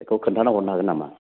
बेखौ खोन्थाना हरनो हागोन नामा